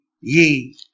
ye